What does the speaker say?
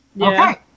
Okay